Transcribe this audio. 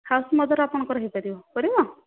house mother ଆପଣଙ୍କର ହୋଇପାରିବ କରିବ